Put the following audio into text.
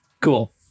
cool